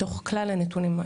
מתוך כלל הנתונים,